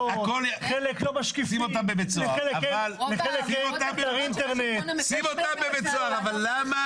חלק לא -- -טוהר מידות --- אבל למה